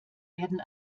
werden